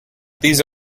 these